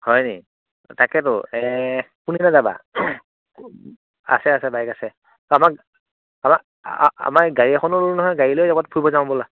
হয় নি তাকেটো এ কোনদিনা যাবা আছে আছে বাইক আছে আমা আমা আমাৰ গাড়ী এখনো ল'লো নহয় গাড়ী লৈ ক'ৰবাত ফুৰিব যাওঁ ব'লা